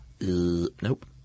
Nope